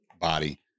body